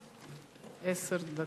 מס' 16)